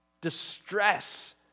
Distress